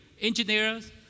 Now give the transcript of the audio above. engineers